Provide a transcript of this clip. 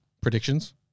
Predictions